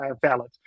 valid